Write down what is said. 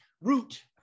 Root